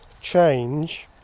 change